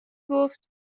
گفت